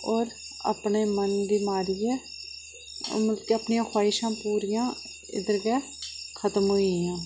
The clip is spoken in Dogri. होर अपने मन गी मारियै मतलब अपनियां ख्वाहिशां पूरियां इद्धर गै खत्म होइयां